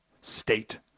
state